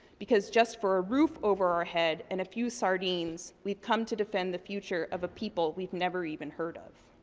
because just for a roof over our head, and a few sardines, we've come to defend the future of a people we've never even heard of.